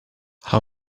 how